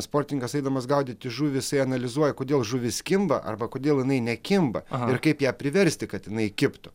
sportininkas eidamas gaudyti žuvį jisai analizuoja kodėl žuvis kimba arba kodėl jinai nekimba ir kaip ją priversti kad jinai kibtų